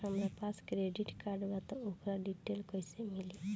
हमरा पास credit card बा त ओकर डिटेल्स कइसे मिली?